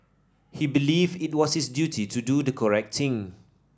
he believed it was his duty to do the correct thing